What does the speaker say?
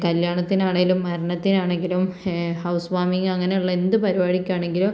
കല്യാണത്തിന് എവിടെയെങ്കിലും മരണത്തിന് ആണെങ്കിലും ഹൗസ് വാമിംഗ് അങ്ങനെയുള്ള എന്ത് പരിപാടിക്കാണെങ്കിലും